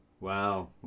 Wow